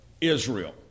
Israel